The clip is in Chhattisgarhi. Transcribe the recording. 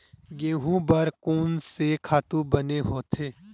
गेहूं बर कोन से खातु बने होथे?